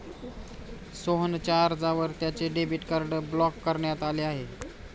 सोहनच्या अर्जावर त्याचे डेबिट कार्ड ब्लॉक करण्यात आले आहे